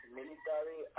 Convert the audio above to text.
military